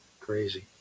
Crazy